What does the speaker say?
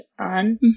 on